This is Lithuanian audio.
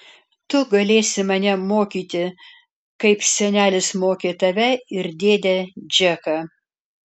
tu galėsi mane mokyti kaip senelis mokė tave ir dėdę džeką